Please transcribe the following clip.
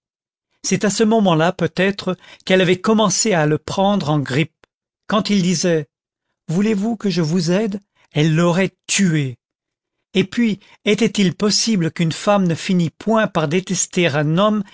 c'est à ce moment-là peut-être qu'elle avait commencé à le prendre en grippe quand il disait voulez-vous que je vous aide elle l'aurait tué et puis était-il possible qu'une femme ne finît point par détester un homme